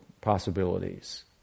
possibilities